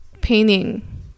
painting